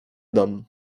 dam